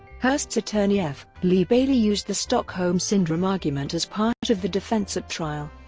hearst's attorney f. lee bailey used the stockholm syndrome argument as part of the defense at trial.